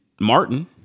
Martin